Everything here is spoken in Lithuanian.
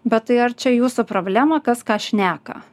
bet tai ar čia jūsų problema kas ką šneka